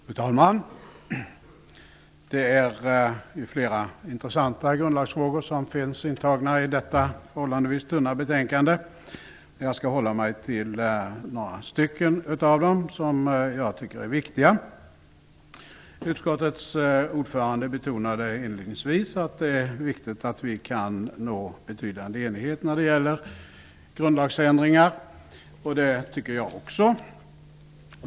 Fru talman! Det är flera intressanta grundlagsfrågor som är upptagna i detta förhållandevis tunna betänkande. Jag skall hålla mig till några av dem som jag tycker är viktiga. Utskottets ordförande betonade inledningsvis att det är viktigt att vi kan nå betydande enighet när det gäller grundlagsändringar. Det tycker jag också.